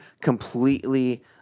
completely